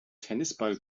tennisball